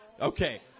Okay